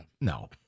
No